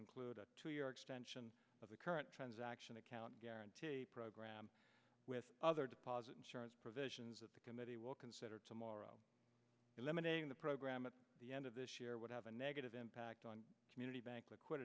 include a two year extension of the current transaction account program with other deposit insurance provisions that the committee will consider tomorrow eliminating the program at the end of this year would have a negative impact on community bank liquid